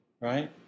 right